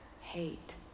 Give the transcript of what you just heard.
hate